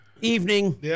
evening